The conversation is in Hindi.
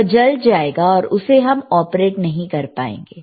वह जल जाएगा और उसे हम ऑपरेट नहीं कर पाएंगे